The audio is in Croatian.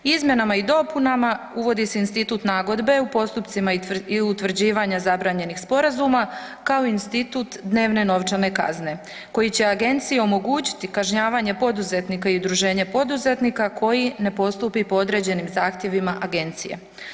Izmjenama i dopunama uvodi se institut nagodbe u postupcima i utvrđivanja zabranjenih sporazuma kao institut dnevne novčane kazne koji će Agenciji omogućiti kažnjavanje poduzetnika i udruženje poduzetnika koji ne postupi po određenim zahtjevima Agencije.